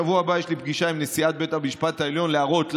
בשבוע הבא יש לי פגישה עם נשיאת בית המשפט העליון כדי להראות לה,